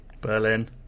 Berlin